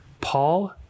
Paul